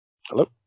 Hello